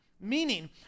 meaning